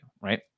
right